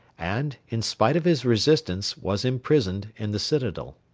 and, in spite of his resistance, was imprisoned in the citadel.